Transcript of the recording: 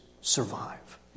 survive